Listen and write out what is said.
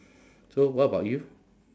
so what about you